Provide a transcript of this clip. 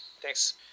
Thanks